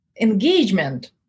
engagement